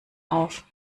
auf